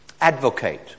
advocate